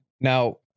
Now-